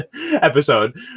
episode